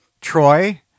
Troy